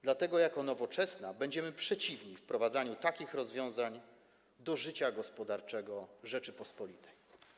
Dlatego jako Nowoczesna będziemy przeciwni wprowadzaniu takich rozwiązań do życia gospodarczego Rzeczypospolitej.